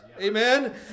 Amen